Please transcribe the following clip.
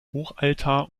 hochaltar